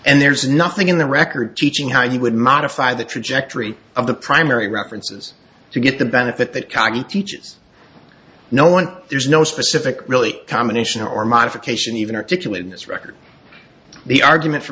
and there's nothing in the record teaching how you would modify the trajectory of the primary references to get the benefit that cocky teaches no one there's no specific really combination or modification even articulating this record the argument f